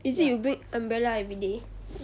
is it you bring umbrella everyday